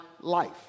life